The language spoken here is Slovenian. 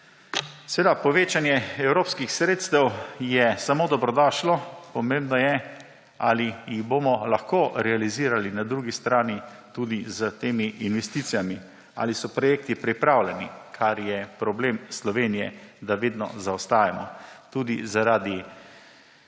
Seveda povečanje evropskih sredstev je samo dobrodošlo. Pomembno je, ali jih bomo lahko realizirali na drugi strani tudi s temi investicijami, ali so projekti pripravljeni, kar je problem Slovenije, da vedno zaostajamo. Tudi zaradi